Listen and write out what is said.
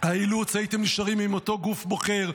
האילוץ הייתם נשארים עם אותו גוף בוחר,